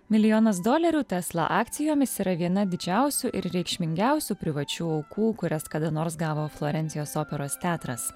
milijonas dolerių tesla akcijomis yra viena didžiausių ir reikšmingiausių privačių aukų kurias kada nors gavo florencijos operos teatras